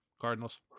Cardinals